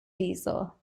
diesel